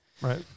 Right